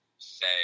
say